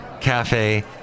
cafe